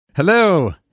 Hello